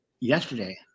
yesterday